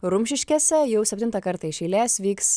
rumšiškėse jau septintą kartą iš eilės vyks